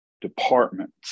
departments